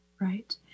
Right